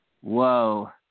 whoa